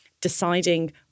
deciding